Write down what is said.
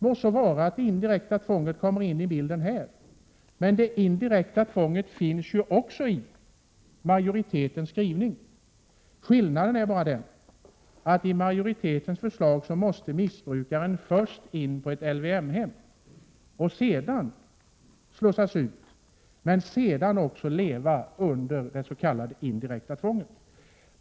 Må så vara att det indirekta tvånget kommer in i bilden här, men det indirekta tvånget finns ju med också i majoritetens skrivning. Skillnaden är bara den att missbrukaren enligt majoritetens förslag först måste in på ett LYM-hem och sedan slussas ut. Därefter måste han leva under det s.k. indirekta tvånget.